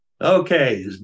Okay